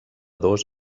dos